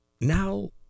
Now